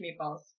meatballs